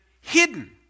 hidden